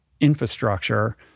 infrastructure